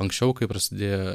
anksčiau kai prasidėjo